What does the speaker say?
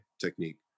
technique